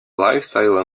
lifestyle